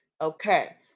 Okay